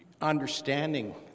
understanding